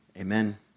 amen